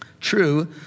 True